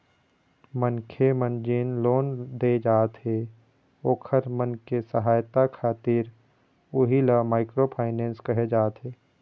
मनखे मन जेन लोन दे जाथे ओखर मन के सहायता खातिर उही ल माइक्रो फायनेंस कहे जाथे